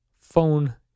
phone